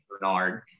Bernard